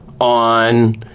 on